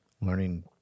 learning